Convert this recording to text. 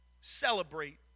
celebrate